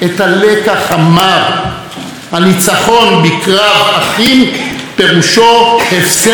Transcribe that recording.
הניצחון בקרב אחים פירושו הפסד במלחמת הקיום.